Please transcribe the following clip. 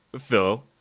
Phil